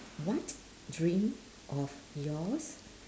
what dream of yours